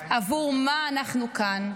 עבור מה אנחנו כאן.